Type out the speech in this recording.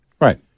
Right